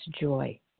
joy